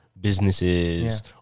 businesses